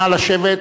נא לשבת,